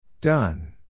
Done